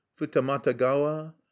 futamatagawa